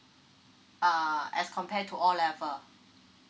err as compared to O level